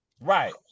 Right